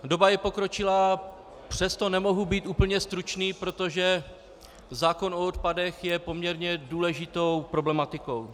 Doba je pokročilá, přesto nemohu být úplně stručný, protože zákon o odpadech je poměrně důležitou problematikou.